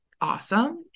awesome